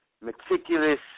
meticulous